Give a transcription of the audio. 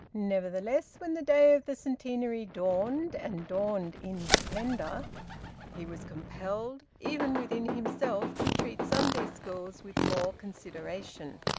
nevertheless, when the day of the centenary dawned and dawned in splendour he was compelled, even within himself, to treat sunday schools with more consideration.